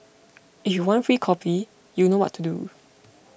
if you want free coffee you know what to do